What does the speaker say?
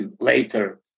later